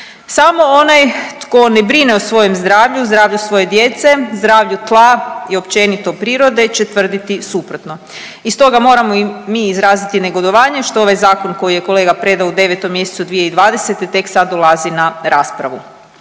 Samo onaj tko ne brine o svojem zdravlju, zdravlju svoje djece, zdravlju tla i općenito prirode će tvrditi suprotno i stoga, moramo i izraziti negodovanje što ovaj Zakon koji je kolega predao u 9. mj. 2020. tek sad dolazi na raspravu.